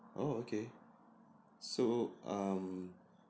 oh okay so um